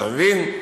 אתה מבין?